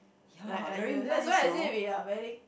like uh you that's why I say we are very